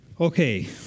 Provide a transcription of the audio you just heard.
Okay